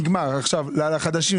לחדשים,